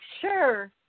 sure